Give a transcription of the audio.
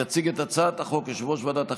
יציג את הצעת החוק יושב-ראש ועדת החינוך,